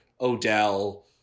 odell